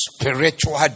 spiritual